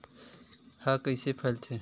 ह कइसे फैलथे?